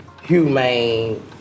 humane